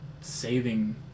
saving